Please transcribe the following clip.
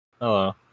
Hello